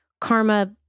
karma